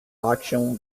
auction